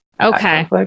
okay